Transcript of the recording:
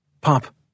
Pop